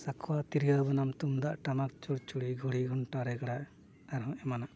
ᱥᱟᱠᱣᱟ ᱛᱤᱨᱭᱳ ᱵᱟᱱᱟᱢ ᱛᱩᱢᱫᱟᱜ ᱴᱟᱢᱟᱠ ᱪᱚᱲᱪᱚᱲᱤ ᱜᱷᱩᱲᱤ ᱜᱷᱚᱱᱴᱟ ᱨᱮᱜᱽᱲᱟ ᱟᱨᱦᱚᱸ ᱮᱢᱟᱱᱚᱜᱼᱟ ᱠᱚ